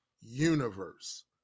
universe